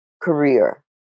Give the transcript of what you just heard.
career